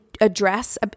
address